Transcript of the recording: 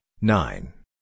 nine